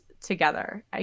together